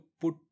put